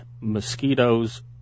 mosquitoes